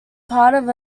part